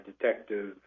Detective